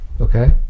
Okay